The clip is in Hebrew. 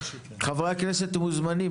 חברי הכנסת מוזמנים,